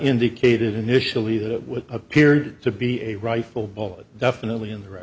indicated initially that what appeared to be a rifle definitely in the r